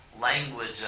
Language